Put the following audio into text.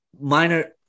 minor